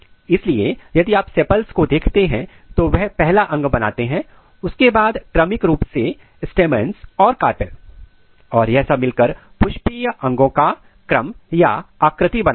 इसलिए यदि आप सेपल्स को देखते हैं तो वह पहला अंग बनाते हैं और उसके बाद क्रमिक रूप से स्टेमंस और कार्पेल और यह सब मिलकर पुष्पीय अंगों का क्रम या आकृति बनाते हैं